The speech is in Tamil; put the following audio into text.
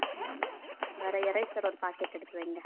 அடுத்து வந்து வேறு எரேஸர் ஒரு பாக்கெட் எடுத்து வைங்க